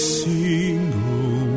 single